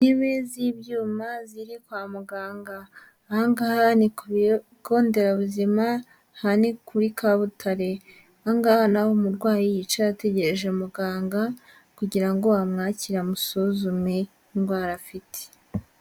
Imbibi z'ibyuma ziri kwa muganga aha ngaha ni ku bigo nderabuzima, aha ni kuri Kabutare, aha ngaha ni aho umurwayi yicara ategereje muganga kugira ngo amwakire amusuzume indwara afite.